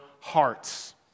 hearts